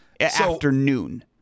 afternoon